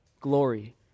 glory